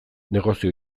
negozio